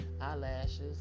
eyelashes